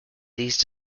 these